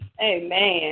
Amen